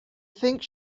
think